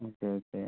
ம் சரி சரி